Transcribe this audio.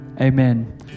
amen